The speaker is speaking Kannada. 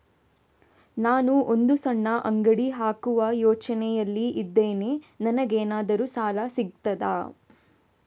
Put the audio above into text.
ನಾನು ಒಂದು ಸಣ್ಣ ಅಂಗಡಿ ಹಾಕುವ ಯೋಚನೆಯಲ್ಲಿ ಇದ್ದೇನೆ, ನನಗೇನಾದರೂ ಸಾಲ ಸಿಗ್ತದಾ?